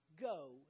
go